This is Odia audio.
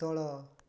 ତଳ